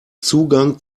zugang